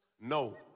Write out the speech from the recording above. No